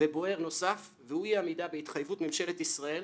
ובוער נוסף והוא אי-עמידה של ממשלת ישראל